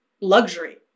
luxury